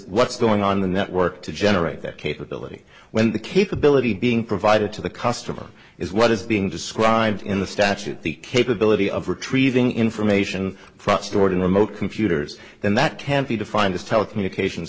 what's going on the network to generate that capability when the capability being provided to the customer is what is being described in the statute the capability of retrieving information from stored in remote computers then that can be defined as telecommunications